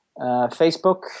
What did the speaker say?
Facebook